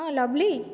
ହଁ ଲଭଲି